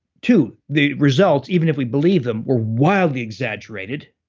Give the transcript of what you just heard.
two, the results even if we believe them, were wildly exaggerated.